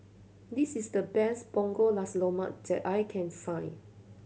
this is the best Punggol Nasi Lemak that I can find